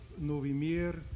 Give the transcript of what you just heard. Novimir